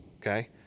Okay